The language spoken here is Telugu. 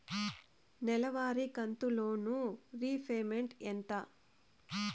నెలవారి కంతు లోను రీపేమెంట్ ఎంత?